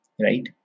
right